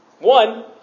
One